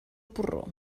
porró